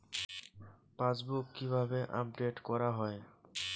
Passbook কিভাবে update করা হয়?